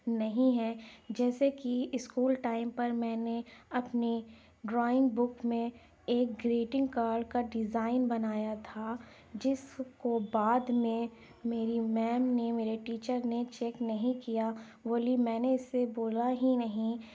نہیں ہے جیسے کہ اسکول ٹائم پر میں نے اپنی ڈرائینگ بک میں ایک گریٹںگ کارڈ کا ڈیزائن بنایا تھا جس کو بعد میں میری میم نے میرے ٹیچر نے چیک نہیں کیا بولی میں نے اس سے بولا ہی نہیں